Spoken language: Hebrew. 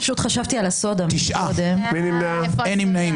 הצבעה לא אושרו.